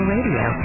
Radio